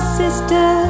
sister